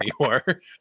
anymore